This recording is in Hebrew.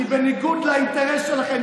כי בניגוד לאינטרס שלכם,